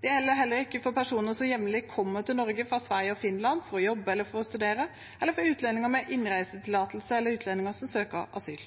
Det gjelder heller ikke for personer som jevnlig kommer til Norge fra Sverige og Finland for å jobbe eller studere, for utlendinger med innreisetillatelse eller for utlendinger som søker asyl.